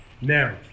Now